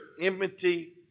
enmity